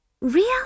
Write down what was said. Real